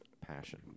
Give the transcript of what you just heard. passion